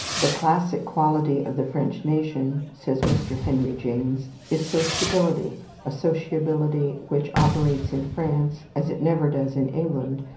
the classic quality of the french nation, says mr. henry james, is sociability a sociability which operates in france, as it never does in england,